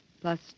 Plus